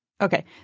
Okay